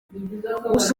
gusa